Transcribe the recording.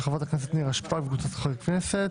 של חברת הכנסת נירה שפק וקבוצת חברי כנסת,